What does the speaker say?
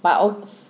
but oh